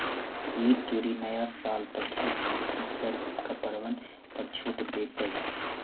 ई तुरी नया साल पर ढेर कंपनी सब कपड़बन पर छूट देतई